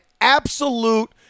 absolute